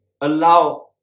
allow